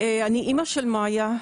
אני אמא של מאיה,